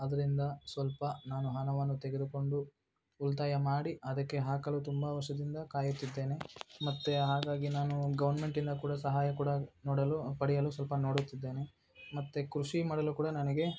ಅದರಿಂದ ಸ್ವಲ್ಪ ನಾನು ಹಣವನ್ನು ತೆಗೆದುಕೊಂಡು ಉಳಿತಾಯ ಮಾಡಿ ಅದಕ್ಕೆ ಹಾಕಲು ತುಂಬ ವರ್ಷದಿಂದ ಕಾಯುತ್ತಿದ್ದೇನೆ ಮತ್ತು ಹಾಗಾಗಿ ನಾನು ಗೌರ್ಮೆಂಟಿಂದ ಕೂಡ ಸಹಾಯ ಕೂಡ ನೋಡಲು ಪಡೆಯಲು ಸ್ವಲ್ಪ ನೋಡುತ್ತಿದ್ದೇನೆ ಮತ್ತು ಕೃಷಿ ಮಾಡಲು ಕೂಡ ನನಗೆ